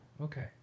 okay